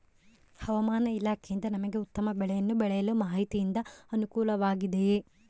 ಹವಮಾನ ಇಲಾಖೆಯಿಂದ ನಮಗೆ ಉತ್ತಮ ಬೆಳೆಯನ್ನು ಬೆಳೆಯಲು ಮಾಹಿತಿಯಿಂದ ಅನುಕೂಲವಾಗಿದೆಯೆ?